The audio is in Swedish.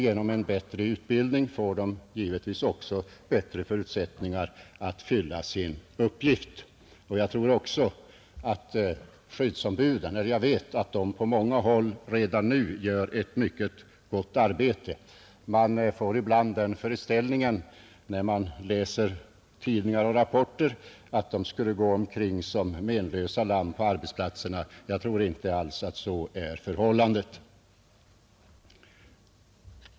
Genom en bättre utbildning får de givetvis också bättre förutsättningar att fylla sin uppgift. — Jag vet också att skyddsombuden på många håll redan nu gör ett mycket gott arbete. Man får ibland den föreställningen, när man läser tidningar och rapporter, att de skulle gå omkring som menlösa lamm på arbetsplatserna. Jag tror inte alls att så är förhållandet.